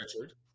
Richard